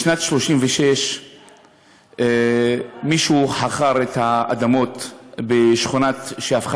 בשנת 1936 מישהו חכר את האדמות בשכונה שהפכה